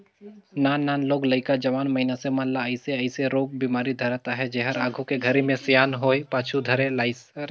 नान नान लोग लइका, जवान मइनसे मन ल अइसे अइसे रोग बेमारी धरत अहे जेहर आघू के घरी मे सियान होये पाछू धरे लाइस